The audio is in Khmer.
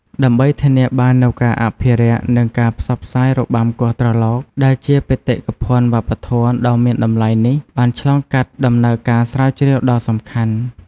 ដើម្បីធានាបាននូវការអភិរក្ស និងការផ្សព្វផ្សាយរបាំគោះត្រឡោក ដែលជាបេតិកភណ្ឌវប្បធម៌ដ៏មានតម្លៃនេះបានឆ្លងកាត់ដំណើរការស្រាវជ្រាវដ៏សំខាន់។